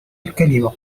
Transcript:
الكلمة